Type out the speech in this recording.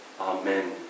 Amen